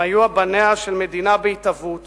הם היו בניה של מדינה בהתהוות